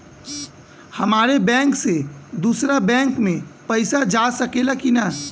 हमारे बैंक से दूसरा बैंक में पैसा जा सकेला की ना?